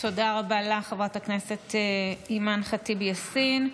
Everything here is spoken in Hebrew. תודה רבה לך, חברת הכנסת אימאן ח'טיב יאסין.